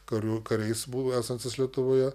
karių kariais buvo esantys lietuvoje